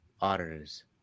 auditors